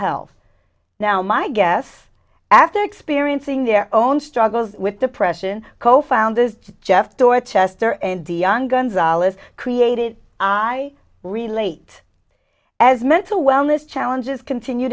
health now my guess after experiencing their own struggles with depression co founders jeff dorchester and dion gonzales created i relate as mental wellness challenges continue